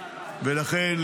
ולכן,